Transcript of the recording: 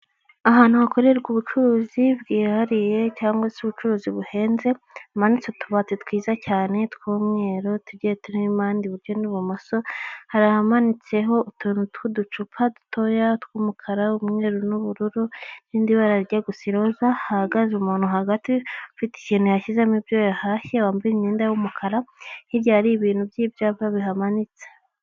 Ahantu hakorerwa ubucuruzi bwihariye cyangwa se ubucuruzi buhenze, hamanitse utubati twiza cyane tw'umweru tugiye turiho impande iburyo n'ibumoso, hari ahamanitseho utuntu tw'uducupa dutoya tw'umukara, umweru n'ubururu n'irindi bara rijya gusa iroza, hahagaze umuntu hagati ufite ikintu yashyizemo ibyo yahashye wambaye imyenda y'umukara, hirya hari ibintu by'ibyapa bihamanitse.